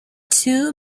two